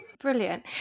Brilliant